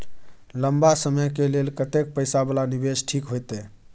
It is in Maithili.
लंबा समय के लेल कतेक पैसा वाला निवेश ठीक होते?